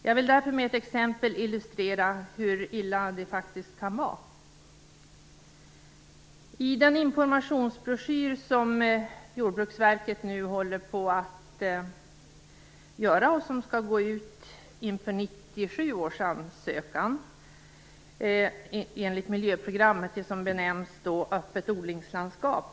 Jag skall därför med ett exempel illustrera hur illa det faktiskt kan vara. Jordbruksverket håller nu på att göra den informationsbroschyr som skall gå ut inför 1997 års ansökan till det som enligt miljöprogrammet benämns Öppet odlingslandskap.